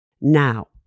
Now